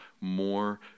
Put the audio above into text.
more